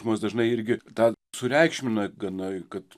žmonės dažnai irgi tą sureikšmina gana kad